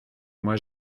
moi